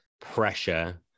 pressure